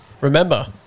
Remember